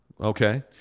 Okay